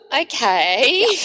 Okay